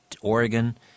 Oregon